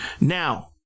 Now